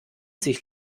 sich